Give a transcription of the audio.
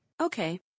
Okay